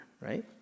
right